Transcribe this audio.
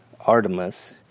Artemis